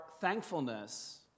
thankfulness